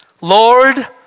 Lord